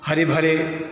हरे भरे